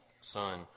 Son